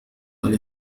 على